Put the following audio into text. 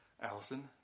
Allison